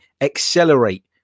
accelerate